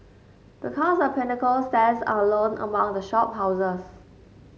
because The Pinnacle stands alone among the shop houses